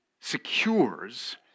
secures